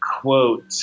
quote